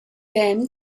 them